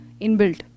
inbuilt